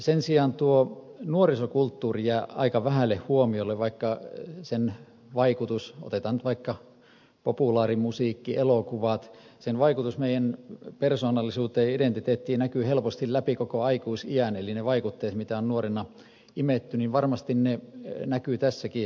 sen sijaan nuorisokulttuuri jää aika vähälle huomiolle vaikka sen vaikutus otetaan nyt vaikka populaarimusiikki elokuvat meidän persoonallisuuteemme ja identiteettiimme näkyy helposti läpi koko aikuisiän eli ne vaikutteet jotka on nuorena imetty varmasti näkyvät tässäkin salissa